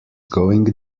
going